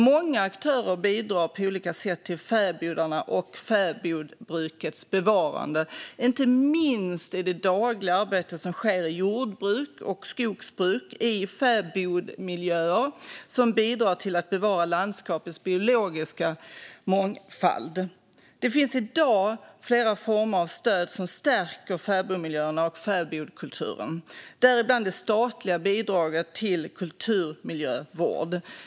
Många aktörer bidrar på olika sätt till fäbodarnas och fäbodbrukets bevarande, inte minst i det dagliga arbetet som sker i jordbruk och skogsbruk i fäbodmiljöer som bidrar till att bevara landskapets biologiska mångfald. Det finns i dag flera former av stöd som stärker fäbodmiljöerna och fäbodkulturen, däribland det statliga bidraget till kulturmiljövård.